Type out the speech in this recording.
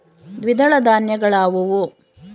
ದ್ವಿದಳ ಧಾನ್ಯಗಳಾವುವು?